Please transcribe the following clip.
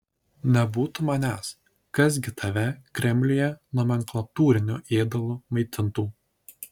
nebūtų manęs kas gi tave kremliuje nomenklatūriniu ėdalu maitintų